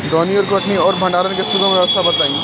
दौनी और कटनी और भंडारण के सुगम व्यवस्था बताई?